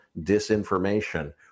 disinformation